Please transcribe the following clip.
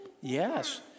Yes